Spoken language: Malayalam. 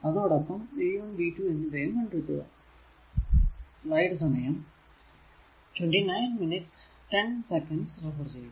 അതോടൊപ്പം v1 v2 എന്നിവയും കണ്ടെത്തുക